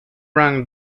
round